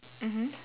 mmhmm